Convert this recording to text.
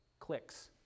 clicks